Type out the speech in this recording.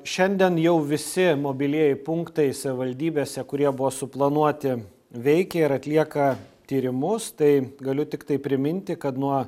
šiandien jau visi mobilieji punktai savivaldybėse kurie buvo suplanuoti veikia ir atlieka tyrimus tai galiu tiktai priminti kad nuo